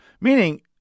meaning